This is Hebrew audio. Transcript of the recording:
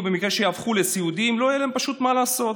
ובמקרה שיהפכו לסיעודיים פשוט לא יהיה להם מה לעשות.